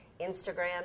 Instagram